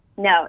No